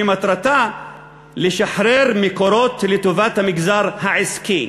שמטרתה לשחרר מקורות לטובת המגזר העסקי.